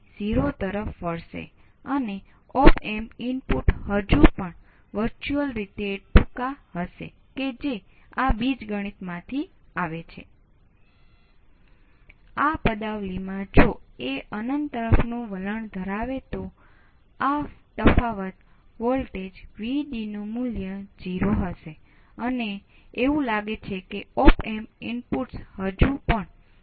હવે આ તબક્કે આપણી પાસે Vtest છે અને તે સમયે આપણી પાસે આ વોલ્ટેજ છે અને આ વોલ્ટેજ અને તે વોલ્ટેજનું રેખીય સંયોજન ગણી શકાયકહી શકાય એવું છે